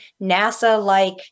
NASA-like